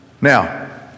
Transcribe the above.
Now